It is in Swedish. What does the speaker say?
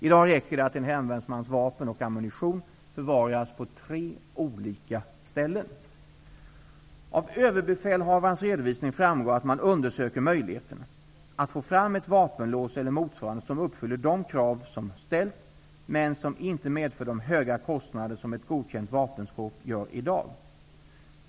I dag räcker det att en hemvärnsmans vapen och ammunition förvaras uppdelat på tre olika ställen. Av Överbefälhavarens redovisning framgår att man undersöker möjligheterna att få fram ett vapenlås eller motsvarande som uppfyller de krav som ställs men som inte medför de höga kostnader som ett godkänt vapenskåp gör i dag.